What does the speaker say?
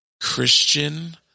Christian